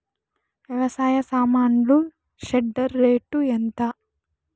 వ్యవసాయ సామాన్లు shredder rate ఎంత?